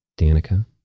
Danica